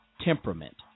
temperament